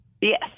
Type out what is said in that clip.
yes